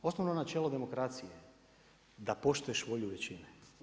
Osnovno načelo demokracije, da poštuješ volju većine.